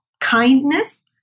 kindness